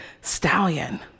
stallion